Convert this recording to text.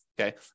okay